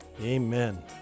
Amen